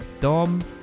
Dom